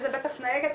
זה בטח נהגת".